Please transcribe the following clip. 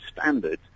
standards